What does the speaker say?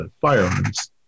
firearms